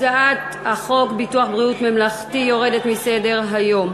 הצעת חוק ביטוח בריאות ממלכתי (תיקון,